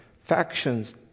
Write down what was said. factions